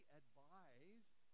advised